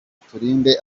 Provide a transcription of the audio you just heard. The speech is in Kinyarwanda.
turinde